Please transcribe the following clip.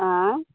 आँय